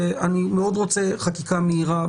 ואני מאוד רוצה חקיקה מהירה,